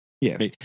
Yes